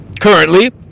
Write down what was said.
currently